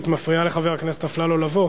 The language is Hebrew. את מפריעה לחבר הכנסת אפללו לבוא